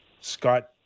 Scott